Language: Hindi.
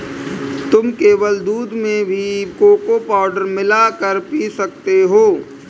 तुम केवल दूध में भी कोको पाउडर मिला कर पी सकते हो